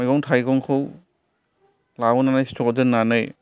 मैगं थाइगंखौ लाबोनानै स्ट'कआव दोननानै